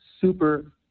super